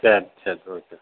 சரி சரி ஓகே